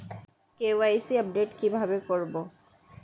KYC update কি ভাবে করবো?